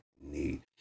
need